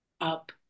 up